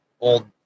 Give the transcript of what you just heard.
old